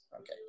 okay